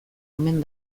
omen